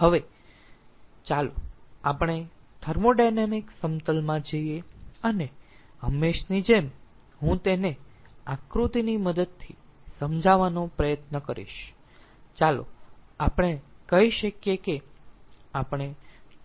હવે ચાલો આપણે થર્મોોડાયનેમિક સમતલમાં જઈએ અને હંમેશની જેમ હું તેને આકૃતિની મદદથી સમજાવવાનો પ્રયત્ન કરીશ ચાલો આપણે કહી શકીએ કે આપણે